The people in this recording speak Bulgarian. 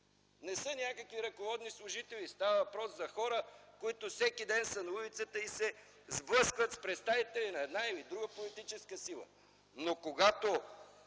Не са някакви ръководни служители! Става въпрос за хора, които всеки ден са на улицата и се сблъскват с представители на една или друга политическа сила, но когато